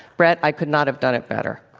bret, i could not have done it better.